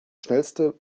schnellste